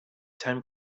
time